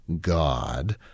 God